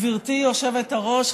גברתי היושבת-ראש,